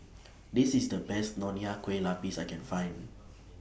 This IS The Best Nonya Kueh Lapis I Can Find